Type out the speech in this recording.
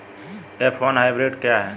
F one hybrid क्या है?